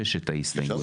יש עתיד לא